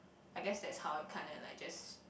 I guess that's how it kinda like just